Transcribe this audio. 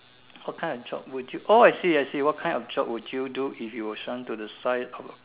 what kind of job would you oh I see I see what kind of job would you do if you were shrunk to the size of